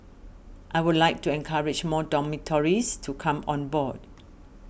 I would like to encourage more dormitories to come on board